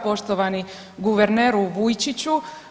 Poštovani guverneru Vujčiću.